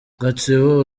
gatsibo